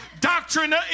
Doctrine